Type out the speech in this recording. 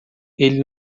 ele